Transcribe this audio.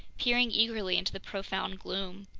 peering eagerly into the profound gloom.